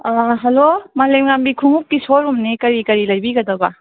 ꯑꯥ hello ꯃꯥꯂꯦꯝꯉꯥꯝꯕꯤ ꯈꯨꯃꯨꯛꯀꯤ ꯁꯣꯔꯨꯝꯅꯤ ꯀꯔꯤ ꯀꯔꯤ ꯂꯩꯕꯤꯒꯗꯕ